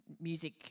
music